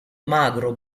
magro